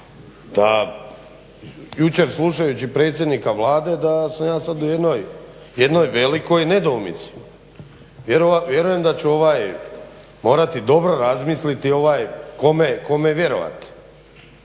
da jučer slušajući predsjednika Vlade da sam ja sad u jednoj velikoj nedoumici. Vjerujem da ću morati dobro razmisliti kome vjerovati.